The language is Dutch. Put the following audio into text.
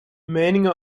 meningen